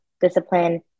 discipline